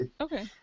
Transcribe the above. Okay